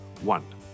One